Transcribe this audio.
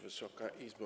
Wysoka Izbo!